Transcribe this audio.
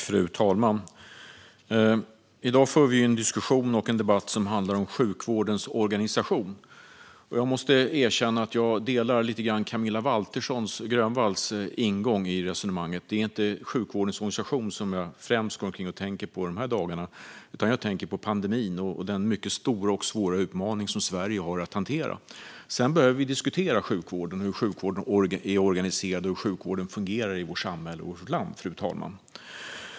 Fru talman! I dag har vi en diskussion och debatt som handlar om sjukvårdens organisation. Jag måste erkänna att jag delar Camilla Waltersson Grönvalls ingång i resonemanget. Det är inte sjukvårdens organisation som jag främst går omkring och tänker på i dessa dagar, utan jag tänker på pandemin och den mycket stora och svåra utmaning som Sverige har att hantera. Sedan bör vi diskutera sjukvården och hur den är organiserad och fungerar i vårt samhälle och i vårt land.